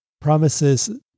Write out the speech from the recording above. promises